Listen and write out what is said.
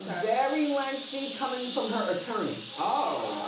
very lengthy coming from her attorney. oh!